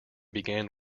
began